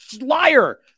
liar